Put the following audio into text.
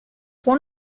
one